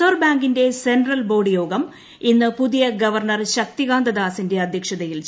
reserve ബാങ്കിന്റെ central board യോഗം ഇന്ന് പുതിയ ഗവർണർ ശക്തികാന്ത് ദാസിന്റെ അദ്ധ്യക്ഷതയിൽ ചേരും